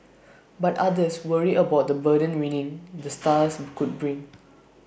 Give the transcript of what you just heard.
but others worry about the burden winning the stars could bring